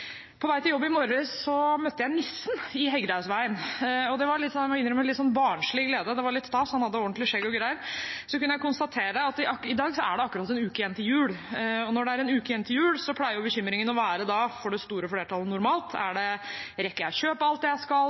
På vei til jobb i morges møtte jeg nissen i Hegdehaugsveien. Jeg må innrømme at det var en litt barnslig glede, det var litt stas – han hadde ordentlig skjegg og greier. Jeg kunne konstatere at det i dag er akkurat én uke igjen til jul. Når det er én uke igjen til jul, pleier bekymringen – for det store flertallet – å være: Rekker jeg å kjøpe alt jeg skal?